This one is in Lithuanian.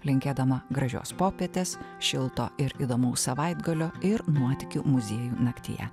linkėdama gražios popietės šilto ir įdomaus savaitgalio ir nuotykių muziejų naktyje